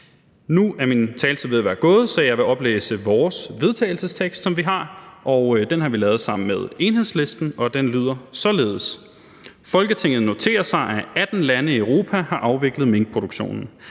Nu er min taletid ved at være gået, så jeg vil oplæse vores forslag til vedtagelse. Det har vi lavet sammen med Enhedslisten, og det lyder således: Forslag til vedtagelse »Folketinget noterer sig, at 18 lande i Europa har afviklet minkproduktionen.